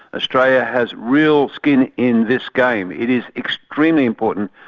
australia has real skin in this game, it is extremely important.